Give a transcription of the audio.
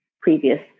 previous